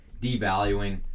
devaluing